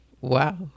Wow